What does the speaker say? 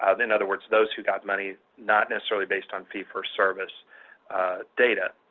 other and other words, those who got money not necessarily based on fee-for-service data.